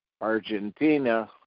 Argentina